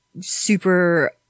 super